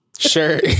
Sure